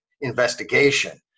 investigation